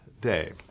day